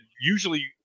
usually